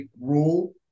rule